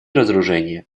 разоружения